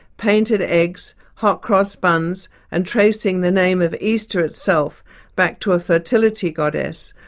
painted eggs, hot cross buns and tracing the name of easter itself back to a fertility goddess,